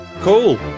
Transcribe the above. cool